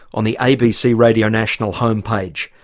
on the abc radio national homepage.